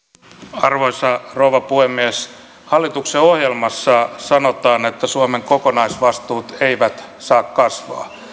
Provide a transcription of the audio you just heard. arvoisa rouva puhemies hallituksen ohjelmassa sanotaan että suomen kokonaisvastuut eivät saa kasvaa